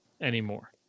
anymore